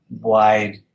wide